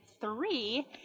three